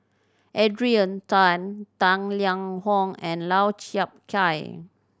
Adrian Tan Tang Liang Hong and Lau Chiap Khai